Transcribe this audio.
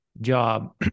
job